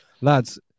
Lads